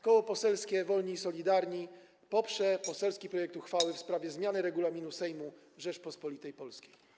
Koło Poselskie Wolni i Solidarni poprze poselski projekt uchwały w sprawie zmiany Regulaminu Sejmu Rzeczypospolitej Polskiej.